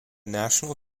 national